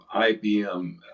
IBM